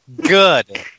good